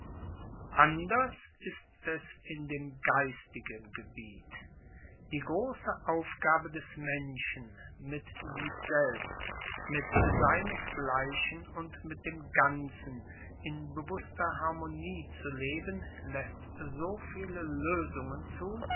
anders ist es in dem geistigen gebiet die grosse aufgabe des menschen mit sich selbst mit seinesgleichen und mit dem ganzen in bewusster harmonie zu leben laesst so viele loesungen zu